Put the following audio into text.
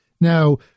now